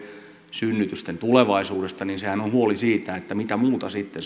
synnytysten tulevaisuudesta on huoli siitä mitä muuta sitten